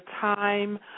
time